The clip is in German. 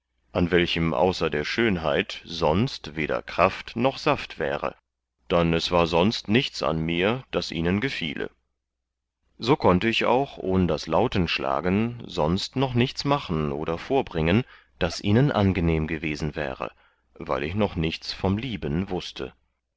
an welchem außer der schönheit sonst weder kraft noch saft wäre dann es war sonst nichts an mir das ihnen gefiele so konnte ich auch ohn das lautenschlagen sonst noch nichts machen oder vorbringen das ihnen angenehm gewesen wäre weil ich noch nichts vom lieben wußte